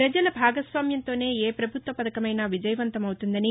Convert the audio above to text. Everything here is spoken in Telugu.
ప్రపజల భాగస్వామ్యంతోనే ఏ ప్రభుత్వ పథకమైనా విజయవంతం అవుతుందని